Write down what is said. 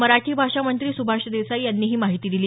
मराठी भाषा मंत्री सुभाष देसाई यांनी ही माहिती दिली